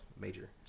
major